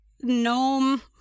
gnome